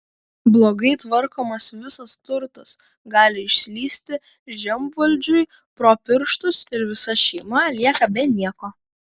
blogai tvarkomas visas turtas gali išslysti žemvaldžiui pro pirštus ir visa šeima lieka be nieko